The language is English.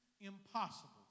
impossible